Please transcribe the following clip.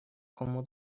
кому